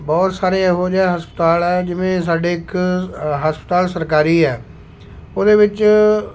ਬਹੁਤ ਸਾਰੇ ਇਹੋ ਜਿਹੇ ਹਸਪਤਾਲ ਹੈ ਜਿਵੇਂ ਸਾਡੇ ਇੱਕ ਹਸਪਤਾਲ ਸਰਕਾਰੀ ਹੈ ਉਹਦੇ ਵਿੱਚ